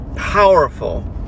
Powerful